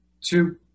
two